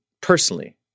personally